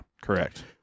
Correct